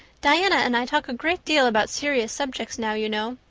diana and i talk a great deal about serious subjects now, you know.